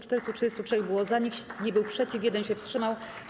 433 było za, nikt nie był przeciw, 1 się wstrzymał.